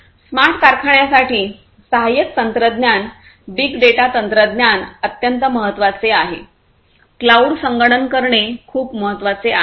smart कारखान्यांसाठी सहाय्यक तंत्रज्ञान बिग डेटा तंत्रज्ञान अत्यंत महत्वाचे आहे क्लाऊड संगणन करणे खूप महत्वाचे आहे